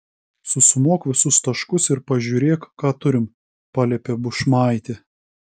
susumuok visus taškus ir pažiūrėk ką turim paliepė bušmaitė